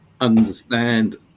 understand